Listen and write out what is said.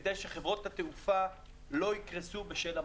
כדי שחברות התעופה לא יקרסו בשל המצב.